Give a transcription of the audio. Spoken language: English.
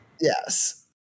Yes